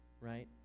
right